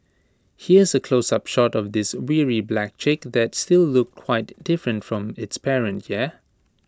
here's A close up shot of this weary black chick that still looked quite different from its parent yeah